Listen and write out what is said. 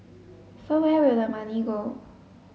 so where will the money go